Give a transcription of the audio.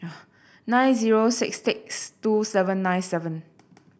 nine zero six six two seven nine seven